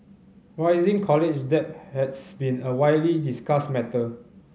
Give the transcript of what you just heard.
rising college debt has been a widely discussed matter